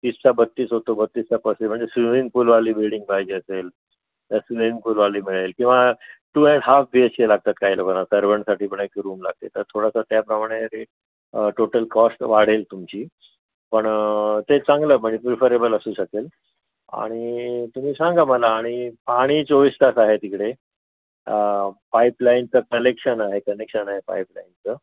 तीसचा बत्तीस होतो बत्तीसचा पस्तीस म्हणजे स्विमिंग पुलवाली बिल्डिंग पाहिजे असेल तर स्विमिंग पुलवाली मिळेल किंवा two and half B H K लागतात काही लोकांना सर्व्हन्टसाठी पण एक रूम लागते तर थोडासा त्याप्रमाणे रेट टोटल कॉस्ट वाढेल तुमची पण ते चांगलं म्हणजे प्रिफरेबल असू शकेल आणि तुम्ही सांगा मला आणि पाणी चोवीस तास आहे तिकडे पाईपलाईनचं कलेक्शन आहे कनेक्शन आहे पाइपलाइनचं